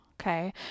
okay